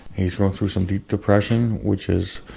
he's going through some deep depression which is